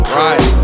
right